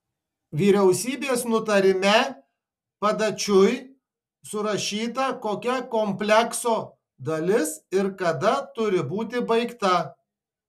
vyriausybės nutarime padačiui surašyta kokia komplekso dalis ir kada turi būti baigta